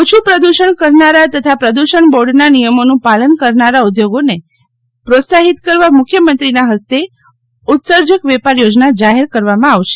ઓછું પ્રદૂષણ કરનારા તથા પ્રદૂષણ બોર્ડના નિયમોનું પાલન કરનારા ઉદ્યોગોને પ્રોત્સાહિત કરવા મુખ્યમંત્રીના હસ્તે ઉત્સર્જક વેપાર યોજના જાહેર કરવામાં આવશે